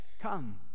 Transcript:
Come